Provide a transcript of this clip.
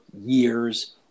years